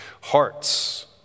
hearts